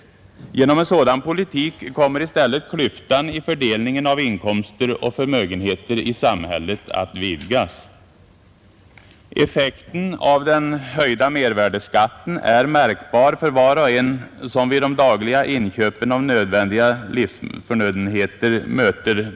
Genom en sådan politik kommer i stället klyftan i fördelningen av inkomster och förmögenheter i samhället att vidgas! Effekten av den höjda mervärdeskatten är märkbar för var och en vid de dagliga inköpen av nödvändiga livsförnödenheter.